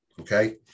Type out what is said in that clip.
Okay